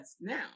now